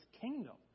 kingdom